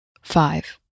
five